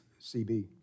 CB